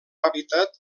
hàbitat